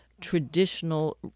traditional